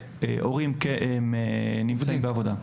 וההורים נמצאים בעבודה.